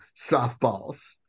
softballs